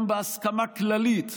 גם בהסכמה כללית,